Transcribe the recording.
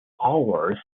hours